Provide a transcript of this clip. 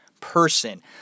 person